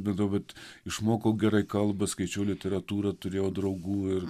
be to bet išmokau gerai kalbas skaičiau literatūrą turėjau draugų ir